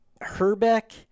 Herbeck